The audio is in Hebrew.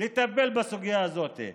לטפל בסוגיה הזאת.